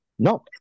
No